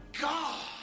God